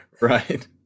Right